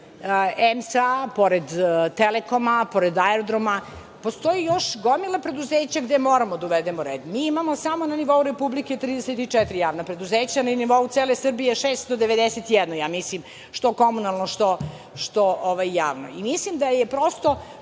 pored EMS-a, pored „Telekoma“, pored aerodroma postoji još gomila preduzeća gde moramo da uvedemo red. Mi imamo samo na nivou Republike 34 javna preduzeća, na nivou cele Srbije 691, ja mislim, što komunalno, što javno. Mislim da je prosto